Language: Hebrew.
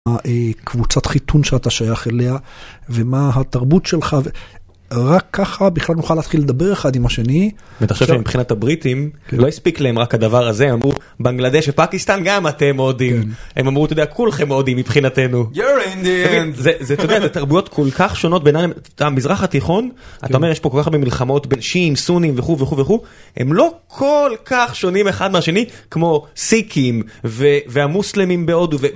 קבוצת חיתון שאתה שייך אליה ומה התרבות שלך ורק ככה בכלל נוכל להתחיל לדבר אחד עם השני. ותחשוב שמבחינת הבריטים לא הספיק להם רק הדבר הזה אמרו בנגלדש ופקיסטן גם אתם הודים הם אמרו אתה יודע כולכם הודים מבחינתנו. זה תרבויות כל כך שונות בין המזרח התיכון אתה אומר יש פה כל כך הרבה מלחמות בין שיעים סונים וכו' וכו' וכו' הם לא כל כך שונים אחד מהשני כמו סיקים והמוסלמים בהודו.